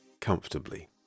comfortably